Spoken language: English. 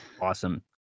Awesome